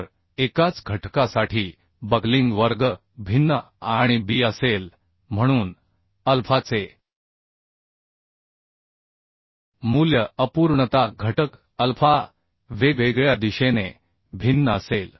तर एकाच घटकासाठी बकलिंग वर्ग भिन्न Aआणि B असेल म्हणून अल्फाचे मूल्य अपूर्णता घटक अल्फा वेगवेगळ्या दिशेने भिन्न असेल